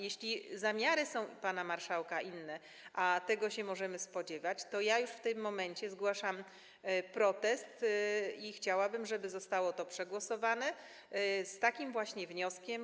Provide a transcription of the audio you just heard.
Jeśli zamiary pana marszałka są inne, a tego możemy się spodziewać, to ja już w tym momencie zgłaszam protest - i chciałabym, żeby zostało to przegłosowane - wraz z takim właśnie wnioskiem.